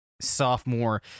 sophomore